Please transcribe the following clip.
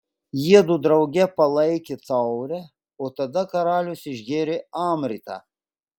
jiedu drauge palaikė taurę o tada karalius išgėrė amritą